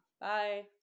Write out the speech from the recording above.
Bye